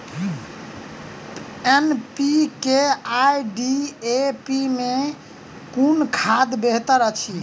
NPK आ DAP मे कुन खाद बेहतर अछि?